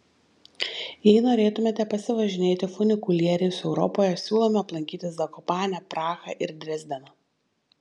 jei norėtumėte pasivažinėti funikulieriais europoje siūlome aplankyti zakopanę prahą ir dresdeną